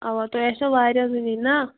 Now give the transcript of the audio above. اَوا تۄہہِ آسیو واریاہ زٕ نِنۍ نا